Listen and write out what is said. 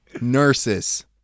Nurses